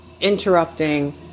interrupting